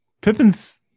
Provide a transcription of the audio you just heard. Pippins